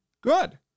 good